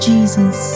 Jesus